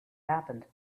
happened